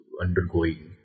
undergoing